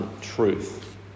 truth